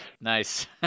Nice